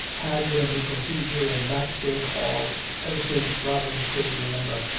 had been the procedure in matstead hall ever since robin could re member,